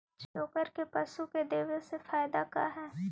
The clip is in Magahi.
चोकर के पशु के देबौ से फायदा का है?